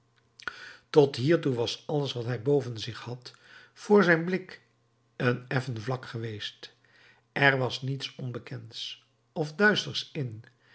tot hiertoe was alles wat hij boven zich had voor zijn blik een effen vlak geweest er was niets onbekends of duisters in